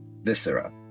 Viscera